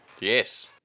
Yes